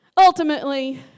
Ultimately